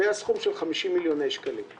זה היה סכום של 50 מיליון שקלים.